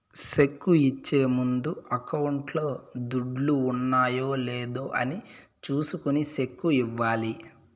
cheque ఇచ్చే ముందు అకౌంట్లో దుడ్లు ఉన్నాయా లేదా అని చూసుకొని సెక్కు ఇవ్వాలి